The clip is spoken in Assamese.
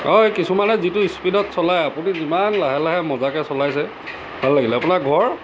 অঁ এই কিছুমানে যিটো স্পিডত চলাই আপুনি যিমান লাহে লাহে মজাকৈ চলাইছে ভাল লাগিল আপোনাৰ ঘৰ